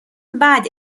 بعد